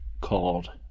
called